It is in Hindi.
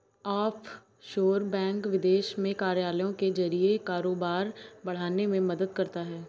ऑफशोर बैंक विदेश में कार्यालयों के जरिए कारोबार बढ़ाने में मदद करता है